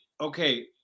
okay